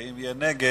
ואם יהיה נגד,